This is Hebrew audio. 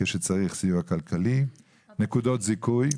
סיוע כלכלי כשצריך, נקודות זיכוי.